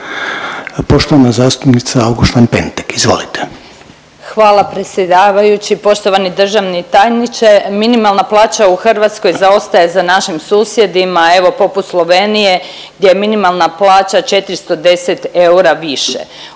Pentek, izvolite. **Auguštan-Pentek, Jasenka (SDP)** Hvala predsjedavajući, poštovani državni tajniče. Minimalna plaća u Hrvatskoj zaostaje za našim susjedima, evo, poput Slovenije gdje je minimalna 410 eura više.